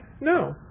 no